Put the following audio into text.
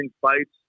fights